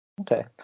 okay